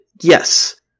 Yes